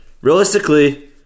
realistically